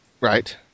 Right